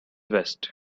vest